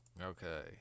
Okay